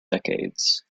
decades